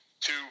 Two